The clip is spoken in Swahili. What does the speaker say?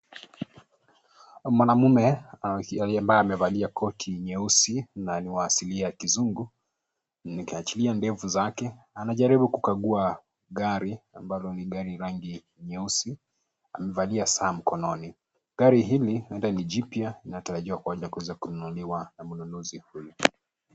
Mwanamume ambaye amevalia koti nyeusi na ni wa asilia ya kizungu na akaachilia ndefu zake anajaribu kukagua gari ambalo ni gari rangi nyeusiAmevalia saa mkononi. Gari hili huenda ni jipya inatarajiwa kuweza kununuliwa na mnunuzi huyu.